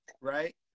Right